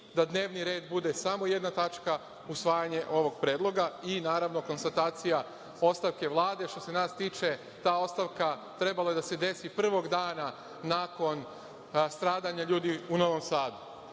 da dnevni red bude samo jedna tačka - usvajanje ovog predloga i naravno konstatacija ostavke Vlade. Što se nas tiče, ta ostavka trebalo je da se desi prvog dana nakon stradanja ljudi u Novom